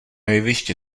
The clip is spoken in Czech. jeviště